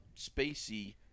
Spacey